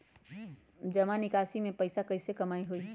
जमा निकासी से पैसा कईसे कमाई होई?